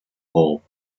hole